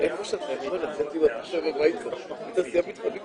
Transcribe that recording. היקף ההשקעה בפיתוח של הרכבת,